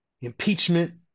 impeachment